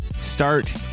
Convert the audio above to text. start